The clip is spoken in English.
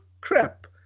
crap